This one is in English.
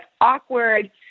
awkward